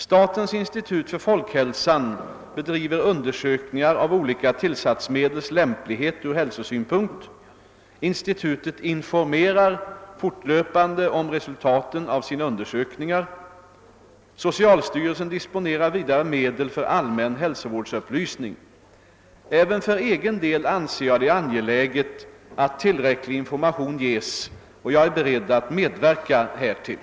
Statens institut för folkhälsan bedriver undersökningar av olika tillsatsmedels lämplighet ur hälsosynpunkt. Institutet informerar fortlöpande om resultaten av sina undersökningar. Socialstyrelsen disponerar vidare medel för allmän hälsovårdsupplysning. Även för egen del anser jag det angeläget att tillräcklig information ges, och jag är beredd att medverka härtill.